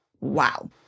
Wow